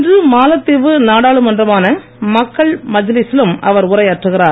இன்று மாலத்தீவு நாடாளுமன்றமான மக்கள் மஜ்லீசி லும் அவர் உரையாற்றுகிறார்